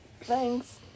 Thanks